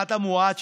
הפחת המואץ,